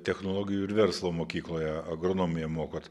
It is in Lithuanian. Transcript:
technologijų ir verslo mokykloje agronomiją mokot